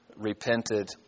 repented